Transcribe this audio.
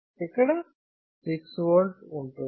ఇక్కడ 6V ఉంటుంది